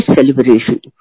celebration